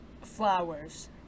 Flowers